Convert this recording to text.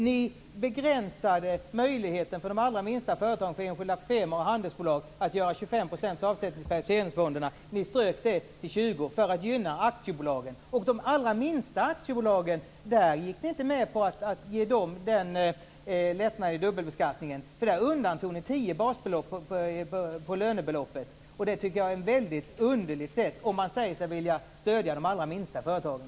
Ni begränsade möjligheten för de allra minsta företagen, enskilda firmor och handelsbolag, att göra 25 % avsättningar till periodiseringsfonder. Ni ändrade det till 20 % för att gynna aktiebolagen. När det gäller de allra minsta aktiebolagen gick ni inte med på att ge någon lättnad vid dubbelbeskattningen. Ni undantog 10 basbelopp på lönebeloppet. Det tycker jag är ett väldigt underligt sätt om man säger sig stödja de allra minsta företagen.